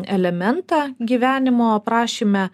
elementą gyvenimo aprašyme